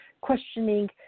questioning